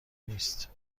نیست